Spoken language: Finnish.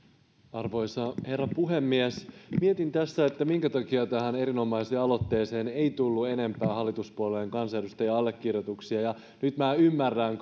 arvoisa herra puhemies mietin tässä minkä takia tähän erinomaiseen aloitteeseen ei tullut enempää hallituspuolueiden kansanedustajien allekirjoituksia nyt minä ymmärrän